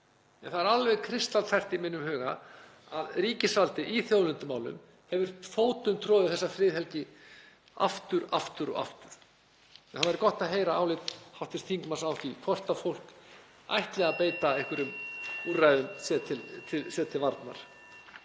Það er alveg kristaltært í mínum huga að ríkisvaldið í þjóðlendumálum hefur fótumtroðið þessa friðhelgi aftur og aftur. Það væri gott að heyra álit hv. þingmanns á því hvort fólk ætli að beita einhverjum úrræðum sér til varnar.